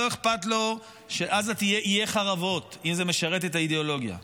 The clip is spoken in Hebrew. לא אכפת לו שעזה תהיה עיי חורבות אם זה משרת את האידיאולוגיה,